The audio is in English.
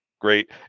Great